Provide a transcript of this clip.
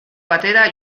batera